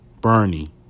Bernie